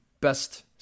best